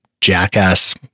jackass